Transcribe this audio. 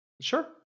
Sure